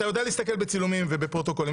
אתה יודע להסתכל בצילומים ובפרוטוקולים,